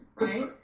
right